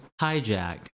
HiJack